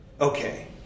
Okay